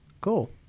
Cool